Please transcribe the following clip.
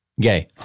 Gay